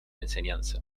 enseñanza